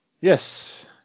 yes